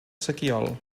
sequiol